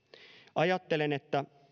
ajattelen että